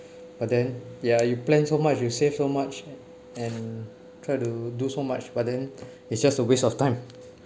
but then ya you plan so much you save so much and try to do so much but then it's just a waste of time